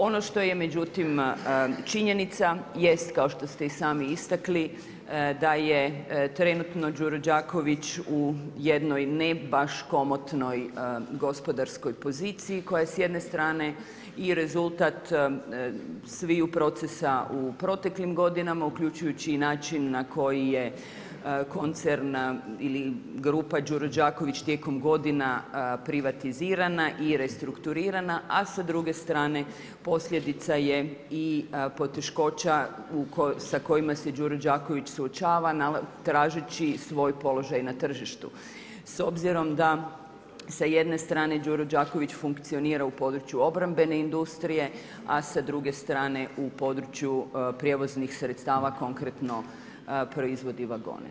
Ono što je međutim činjenica jest kao što ste i sami istakli da je trenutno Đuro Đaković u jednoj ne baš komotnoj gospodarskoj poziciji koja je s jedne strane i rezultat sviju procesa u proteklim godinama uključujući i način na koji je koncern ili grupa Đuro Đaković tijekom godina privatizirana i restrukturirana a sa druge strane posljedica je i poteškoća sa kojima se Đuro Đaković suočava tražeći svoj položaj na tržištu s obzirom da sa jedne strane Đuro Đaković funkcionira u području obrambene industrije a sa druge strane u području prijevoznih sredstava, konkretno proizvodi vagone.